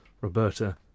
Roberta